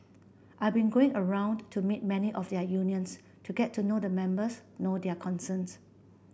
I've been going around to meet many of their unions to get to know the members know their concerns